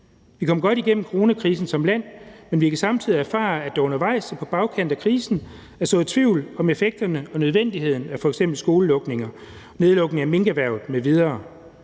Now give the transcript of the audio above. Vi kom godt igennem coronakrisen som land, men vi har samtidig erfaret, er der undervejs og på bagkant af krisen er sået tvivl om effekterne og nødvendigheden af f.eks. skolenedlukninger, nedlukning af minkerhvervet m.v.